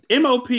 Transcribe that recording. MOP